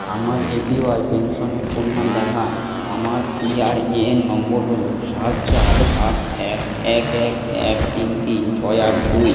আমার এপিওয়াই পেনশনের পরিমাণ দেখান আমার পিআরএএন নম্বর হলো সাত চার সাত এক এক এক এক তিন তিন ছয় আট দুই